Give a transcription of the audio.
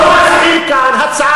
אחרת הם לא היו, אז לא מציעים כאן הצעה